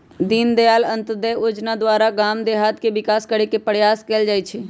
दीनदयाल अंत्योदय जोजना द्वारा गाम देहात के विकास करे के प्रयास कएल जाइ छइ